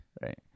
Right